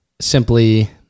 simply